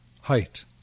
height